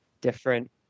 different